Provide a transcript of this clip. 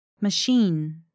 Machine